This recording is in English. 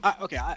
Okay